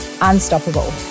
unstoppable